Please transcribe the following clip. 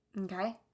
Okay